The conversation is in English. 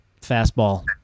fastball